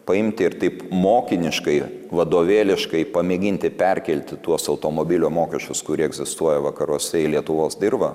paimti ir taip mokiniškai vadovėliškai pamėginti perkelti tuos automobilio mokesčius kurie egzistuoja vakaruose į lietuvos dirvą